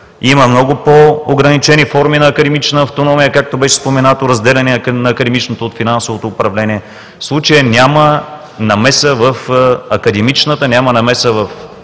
Има много по-ограничени форми на академична автономия, както беше споменато, разделяне на академичното от финансовото управление. В случая няма намеса в академичната, във